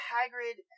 Hagrid